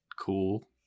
Cool